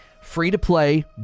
free-to-play